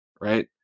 Right